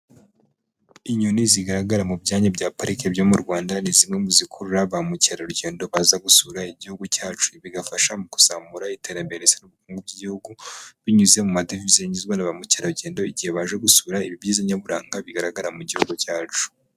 Inyoni zigaragara mu byanya bya pariki byo mu Rwanda, ni bimwe mu bikurura ba mukerarugendo baza gusura Igihugu cyacu, bigafasha mu kuzamura iterambere, ubukungu bw'Igihugu binyuze mu madevize yinjizwa na ba mukerarugendo, igihe baje gusura ibi ibyiza nyaburanga, bigaragara mu Gihugu cyacu.